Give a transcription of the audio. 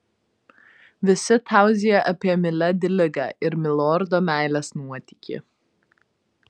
visi tauzija apie miledi ligą ir milordo meilės nuotykį